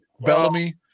Bellamy